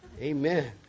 Amen